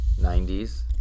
90s